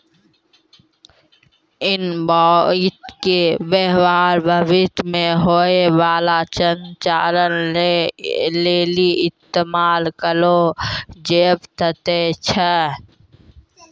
invoice के व्य्वहार भविष्य मे होय बाला संचार लेली इस्तेमाल करलो जाबै सकै छै